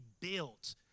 built